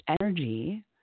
energy